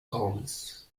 homes